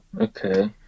Okay